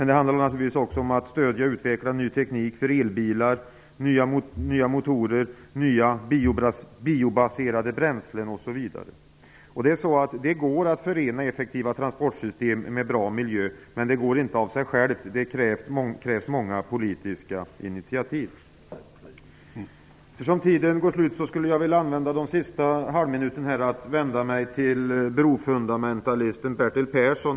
Det krävs också stöd för utveckling av ny teknik för elbilar, nya motorer, nya biobaserade bränslen osv. Det går att förena effektiva transportsystem med en bra miljö, men det går inte av sig självt. För detta krävs många politiska initiativ. Jag skulle vilja använda den sista halvminuten av min taletid till att vända mig till brofundamentalisten Bertil Persson.